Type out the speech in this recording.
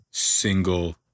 Single